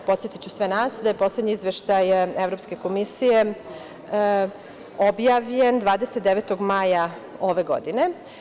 Podsetiću sve nas da je poslednji izveštaj Evropske komisije objavljen 29. maja ove godine.